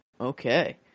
Okay